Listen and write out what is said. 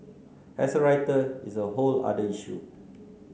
as a writer it's a whole other issue